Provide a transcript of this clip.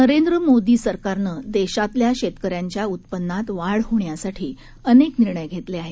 नरेंद्र मोदी सरकारनं देशातल्या शेतकऱ्यांच्या उत्पन्नात वाढ होण्यासाठी अनेक निर्णय घेतले आहेत